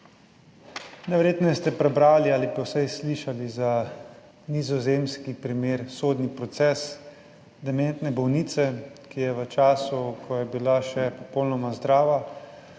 Najverjetneje ste prebrali ali pa vsaj slišali za nizozemski primer, sodni proces dementne bolnice, ki je v času, ko je bila še popolnoma zdrava,